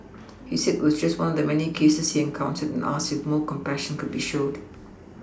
he said it was just one of many cases he encountered and asked if more compassion could be shown